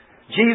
Jesus